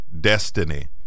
destiny